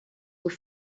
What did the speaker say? were